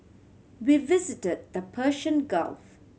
we visited the Persian Gulf